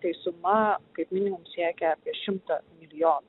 tai suma kaip minimum siekia apie šimtą milijonų